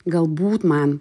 galbūt man